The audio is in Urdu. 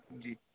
جی